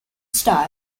style